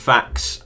Facts